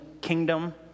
kingdom